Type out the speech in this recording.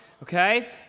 Okay